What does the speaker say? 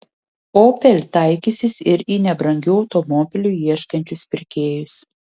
opel taikysis ir į nebrangių automobilių ieškančius pirkėjus